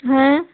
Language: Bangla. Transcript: হ্যাঁ